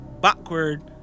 backward